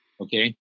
Okay